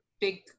big